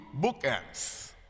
bookends